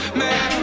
man